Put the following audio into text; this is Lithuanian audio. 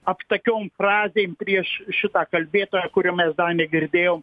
aptakiom frazėm prieš šitą kalbėtoją kurio mes dar negirdėjom